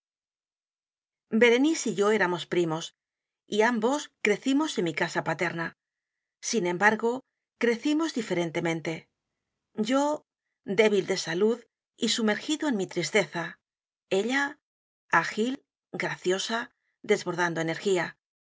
berenice y yo éramos primos y ambos crecimos en mi casa paterna sin embargo crecimos diferentemente yo débil de salud y sumergido en mi tristeza ella ágil graciosa desbordando